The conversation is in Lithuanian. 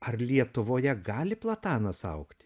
ar lietuvoje gali platanas augt